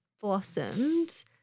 blossomed